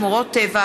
שמורות טבע,